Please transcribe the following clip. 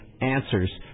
answers